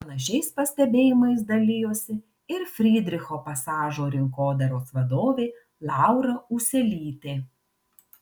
panašiais pastebėjimais dalijosi ir frydricho pasažo rinkodaros vadovė laura ūselytė